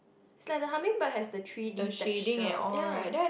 is like the hummingbird has the three-D texture ya